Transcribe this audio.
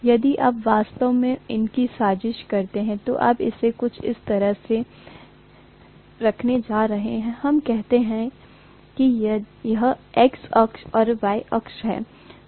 यदि आप वास्तव में इसकी साजिश करते हैं तो आप इसे कुछ इस तरह से रखने जा रहे हैं हम कहते हैं कि यह x अक्ष है और यह y अक्ष है